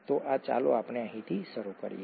તો આ ચાલો આપણે અહીંથી શરૂ કરીએ